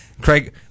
Craig